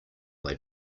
they